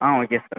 ah okay sir